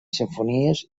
simfonies